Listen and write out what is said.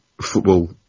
football